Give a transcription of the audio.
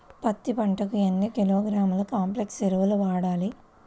పత్తి పంటకు ఎన్ని కిలోగ్రాముల కాంప్లెక్స్ ఎరువులు వాడాలి?